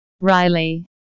riley